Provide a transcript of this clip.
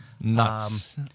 Nuts